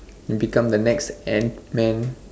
become the next Ant man